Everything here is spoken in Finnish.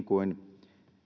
kuin